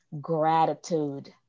gratitude